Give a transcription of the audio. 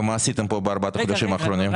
ומעשית אתם פה בארבעת החודשים האחרונים.